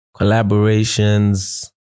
Collaborations